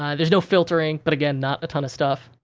um there's no filtering, but again, not a ton of stuff.